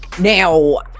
Now